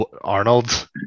Arnold